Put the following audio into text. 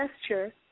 gesture